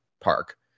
park